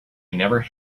never